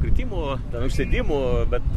kritimų užsėdimų bet